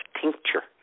tincture